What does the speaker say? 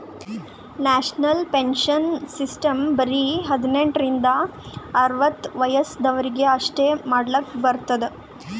national pension system ಬರೆ ಹದಿನೆಂಟ ರಿಂದ ಅರ್ವತ್ ವಯಸ್ಸ ಆದ್ವರಿಗ್ ಅಷ್ಟೇ ಮಾಡ್ಲಕ್ ಬರ್ತುದ್